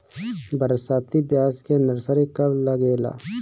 बरसाती प्याज के नर्सरी कब लागेला?